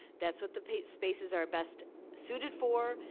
that's what the spaces are best suited for,